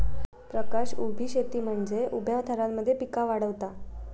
प्रकाश उभी शेती म्हनजे उभ्या थरांमध्ये पिका वाढवता